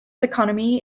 economy